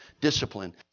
Discipline